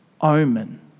omen